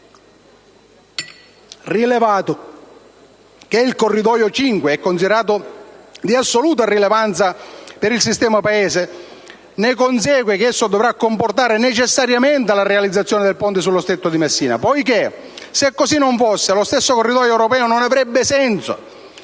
rilevato che il corridoio n. 5 è considerato di assoluta rilevanza per il sistema Paese, ne consegue che esso dovrà comportare necessariamente la realizzazione del ponte sullo stretto di Messina, poiché, se così non fosse, lo stesso corridoio europeo non avrebbe senso.